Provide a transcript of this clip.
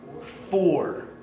Four